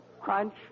Crunch